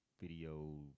video